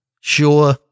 sure